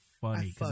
funny